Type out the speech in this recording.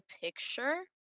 picture